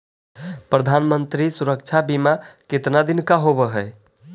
प्रधानमंत्री मंत्री सुरक्षा बिमा कितना दिन का होबय है?